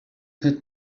had